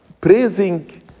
praising